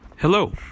Hello